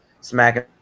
smacking